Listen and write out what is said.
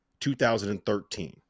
2013